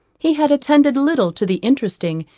he had attended little to the interesting,